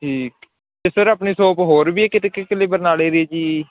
ਠੀਕ ਹੈ ਅਤੇ ਸਰ ਆਪਣੀ ਸ਼ੋਪ ਕੋਈ ਹੋਰ ਵੀ ਹੈ ਕਿਤੇ ਕਿ ਇਕੱਲੀ ਬਰਨਾਲੇ 'ਚ ਜੀ